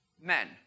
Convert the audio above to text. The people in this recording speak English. men